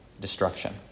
destruction